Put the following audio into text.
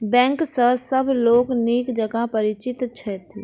bank सॅ सभ लोक नीक जकाँ परिचित छथि